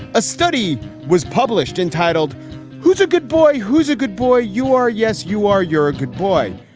a study was published entitled who's a good boy? who's a good boy? you are. yes, you are. you're a good boy.